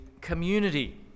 community